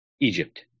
Egypt